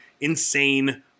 Insane